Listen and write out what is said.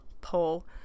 poll